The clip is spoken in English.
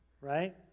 right